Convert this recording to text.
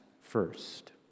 first